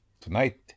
tonight